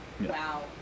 Wow